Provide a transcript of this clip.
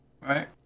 Right